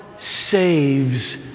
saves